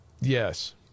Yes